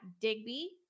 Digby